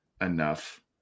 enough